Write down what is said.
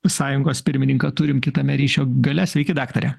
sąjungos pirmininką turim kitame ryšio gale sveiki daktare